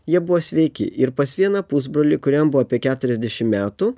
jie buvo sveiki ir pas vieną pusbrolį kuriam buvo apie ketuirasdešim metų